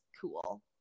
cool